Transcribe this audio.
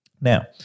now